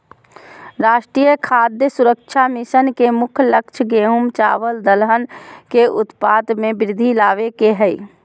राष्ट्रीय खाद्य सुरक्षा मिशन के मुख्य लक्ष्य गेंहू, चावल दलहन के उत्पाद में वृद्धि लाबे के हइ